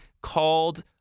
called